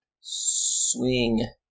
swing